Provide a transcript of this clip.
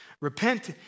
Repent